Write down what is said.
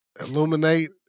Illuminate